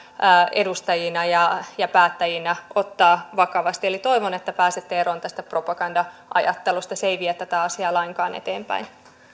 edustajina ja ja päättäjinä ottaa vakavasti eli toivon että pääsette eroon tästä propaganda ajattelusta se ei vie tätä asiaa lainkaan eteenpäin